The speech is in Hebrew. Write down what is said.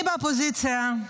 אני באופוזיציה,